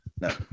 no